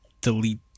delete